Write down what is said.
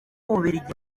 bubiligi